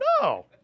No